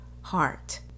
heart